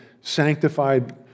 sanctified